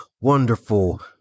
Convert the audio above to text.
wonderful